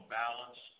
balance